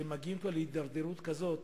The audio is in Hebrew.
הם כבר מגיעים להידרדרות כזאת